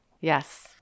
yes